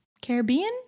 Caribbean